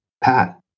Pat